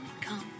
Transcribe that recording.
come